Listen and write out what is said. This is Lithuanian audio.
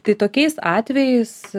tai tokiais atvejais